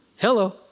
Hello